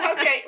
okay